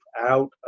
out